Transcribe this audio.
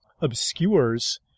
obscures